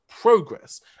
progress